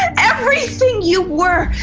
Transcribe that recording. everything you were,